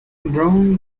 brown